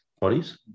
bodies